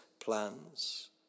plans